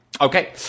Okay